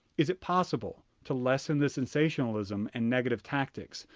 is it possible to lessen the sensationalism and negative tactics,